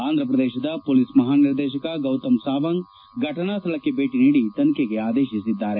ಆಂಧಪ್ರದೇಶದ police ಮಹಾನಿರ್ದೇಶಕ ಗೌತಮ್ ಸಾವಂಗ್ ಫಟನಾ ಸ್ವಳಕ್ಷೆ ಭೇಟ ನೀಡಿ ತನಿಖೆಗೆ ಆದೇತಿಸಿದ್ದಾರೆ